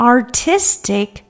Artistic